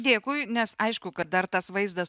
dėkui nes aišku kad dar tas vaizdas